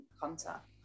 contact